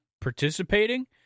participating